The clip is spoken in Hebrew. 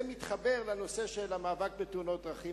זה מתחבר לנושא של המאבק בתאונות דרכים,